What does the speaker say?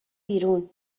بیرون